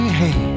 hey